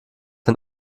ein